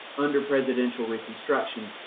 under presidential reconstruction.